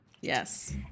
Yes